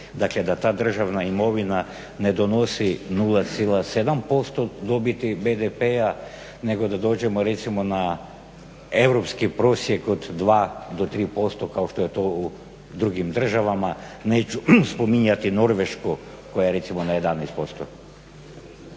Dakle, da ta državna imovina ne donosi 0,7% dobiti BDP-a nego da dođemo recimo na europski prosjek od 2 do 3% kao što je to u drugim državama. Neću spominjati Norvešku koja je recimo na 11%.